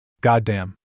Goddamn